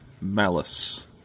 Malice